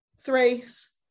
Thrace